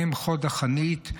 הם חוד החנית,